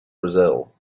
brazil